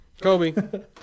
Kobe